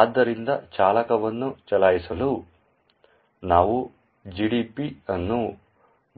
ಆದ್ದರಿಂದ ಚಾಲಕವನ್ನು ಚಲಾಯಿಸಲು ನಾವು GDB ಅನ್ನು